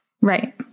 Right